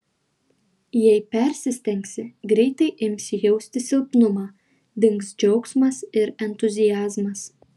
jei persistengsi greitai imsi jausti silpnumą dings džiaugsmas ir entuziazmas